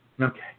Okay